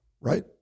Right